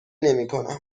نمیکنم